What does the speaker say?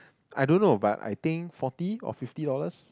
I don't know but I think forty or fifty dollars